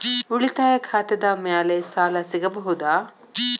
ಉಳಿತಾಯ ಖಾತೆದ ಮ್ಯಾಲೆ ಸಾಲ ಸಿಗಬಹುದಾ?